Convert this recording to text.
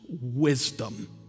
wisdom